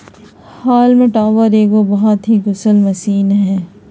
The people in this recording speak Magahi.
हॉल्म टॉपर एगो बहुत ही कुशल मशीन हइ